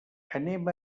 anem